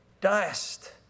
Dust